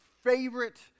favorite